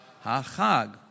Ha-chag